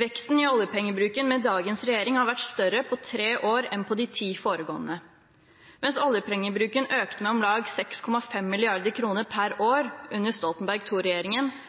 Veksten i oljepengebruken med dagens regjering har vært større i løpet av tre år enn på de ti foregående. Mens oljepengebruken økte med om lag 6,5 mrd. kr per år under Stoltenberg